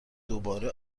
دوباره